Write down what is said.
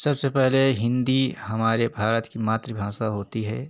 सबसे पहले हिंदी हमारे भारत की मातृभाषा होती है